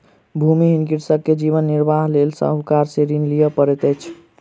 भूमिहीन कृषक के जीवन निर्वाहक लेल साहूकार से ऋण लिअ पड़ैत अछि